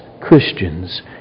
Christians